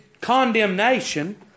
condemnation